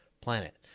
planet